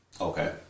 Okay